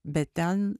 bet ten